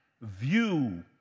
view